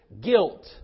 guilt